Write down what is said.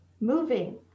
moving